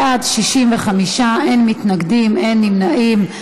בעד, 65, אין מתנגדים, אין נמנעים.